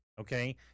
Okay